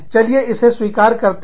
चलिए इसे स्वीकार करते हैं